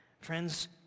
Friends